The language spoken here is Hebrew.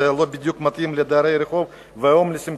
זה לא בדיוק מתאים לדרי הרחוב, הומלסים